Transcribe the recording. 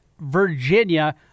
Virginia